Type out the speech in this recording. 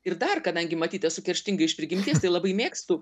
ir dar kadangi matyt esu kerštinga iš prigimties tai labai mėgstu